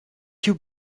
you